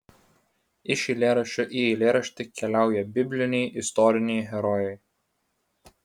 iš eilėraščio į eilėraštį keliauja bibliniai istoriniai herojai